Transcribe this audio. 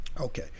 Okay